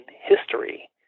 history